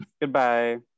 Goodbye